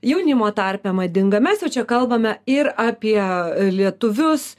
jaunimo tarpe madinga mes jau čia kalbame ir apie lietuvius